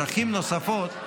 דרכים נוספות,